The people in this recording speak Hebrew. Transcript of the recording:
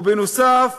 ובנוסף,